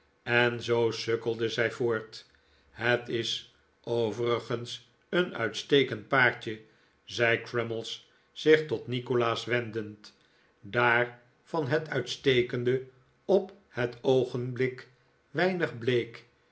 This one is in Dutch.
en zoo sukkelden zij voort het is overigens een uitstekend paardje zei crummies zich tot nikolaas wendend daar van het uitstekende op het oogenblik weinig bleek